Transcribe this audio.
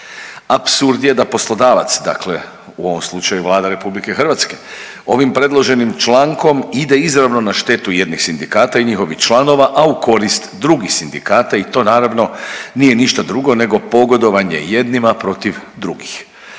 Apsurd je da poslodavac dakle u ovom slučaju Vlada RH ovim predloženim člankom ide izravno na štetu jednih sindikata i njihovih članova, a u korist drugih sindikata i to naravno nije ništa drugo nego pogodovanje jednima protiv drugih.